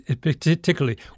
particularly